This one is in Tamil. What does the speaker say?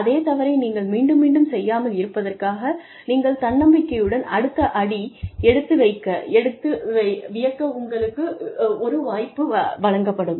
அதே தவறை நீங்கள் மீண்டும் மீண்டும் செய்யாமல் இருப்பதற்காக நீங்க தன்னம்பிக்கையுடன் அடுத்த அடி எடுத்து வியக்க உங்களுக்கு ஒரு வாய்ப்பு வழங்கப்படும்